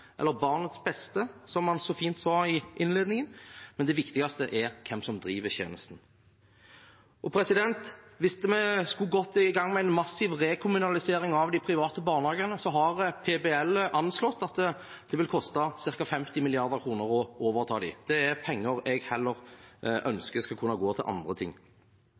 eller barnets beste, som han så fint sa i innledningen – men det viktigste er hvem som driver tjenesten. Hvis vi skulle gått i gang med en massiv rekommunalisering av de private barnehagene, har PBL anslått at det vil koste ca. 50 mrd. kr å overta. Det er penger jeg heller ønsker skal kunne gå til andre ting.